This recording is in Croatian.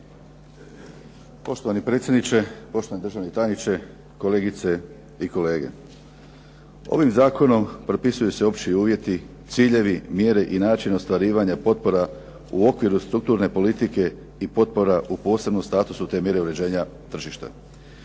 Poštovani predsjedniče, poštovani državni tajniče, kolegice i kolege Ovim zakonom propisuju se opći uvjeti, ciljevi, mjere i načini ostvarivanja potpora u okviru strukturne politike i potpora u posebnom statusu, te mjere uređenja tržišta.